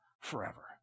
forever